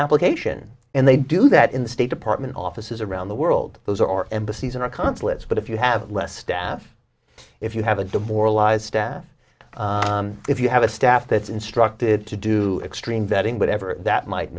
application and they do that in the state department offices around the world those are our embassies and consulates but if you have less staff if you have a demoralized staff if you have a staff that's instructed to do extreme vetting whatever that might